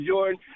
Jordan